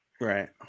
right